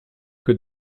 que